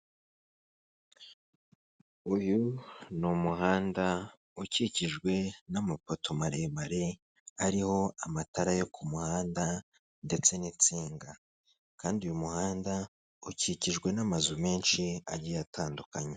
Uyu ni umuhanda ukikijwe n'amapoto maremare ariho amatara yo ku muhanda ndetse n'insinga kandi uyu muhanda ukikijwe n'amazu menshi agiye atandukanye.